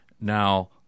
Now